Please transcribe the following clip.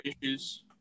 issues